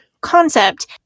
concept